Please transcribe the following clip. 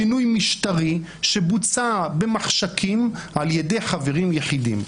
שינוי משטרי שבוצע במחשכים על ידי חברים יחידים.